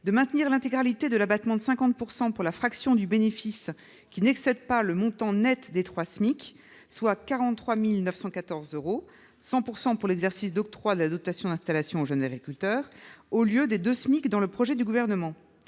de maintenir l'intégralité de l'abattement de 50 % pour la fraction du bénéfice qui n'excède pas le montant net de trois SMIC, soit 43 914 euros, et de 100 % pour l'exercice d'octroi de la dotation d'installation aux jeunes agriculteurs, alors que, dans le projet du Gouvernement,